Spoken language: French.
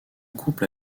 couple